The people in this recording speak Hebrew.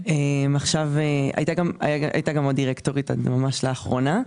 היתה עוד דירקטורית עד ממש לאחרונה.